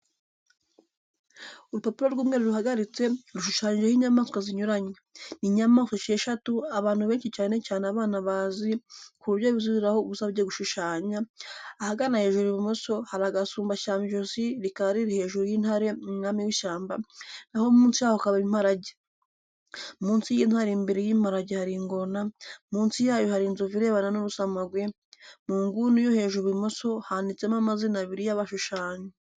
Urupapuro rw'umweru ruhagaritse, rushushanyijeho inyamaswa zinyuranye. Ni inyamaswa esheshatu abantu benshi cyane cyane abana bazi, ku buryo bazihurizaho ubasabye gushushanya. Ahagana hejuru ibumoso, hari agasumbashyamba ijosi rikaba riri hejuru y'intare umwami w'ishyamba, na ho munsi yako hakaba imparage. munsi y'intare imbere y'imparage hari ingona, munsi yayo hari inzovu irebana n'urusamagwe. Mu nguni yo hejuru ibumoso, handitsemo amazina abiri y'abashushanyi.